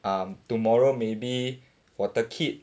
um tomorrow maybe 我的 kid